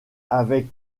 avec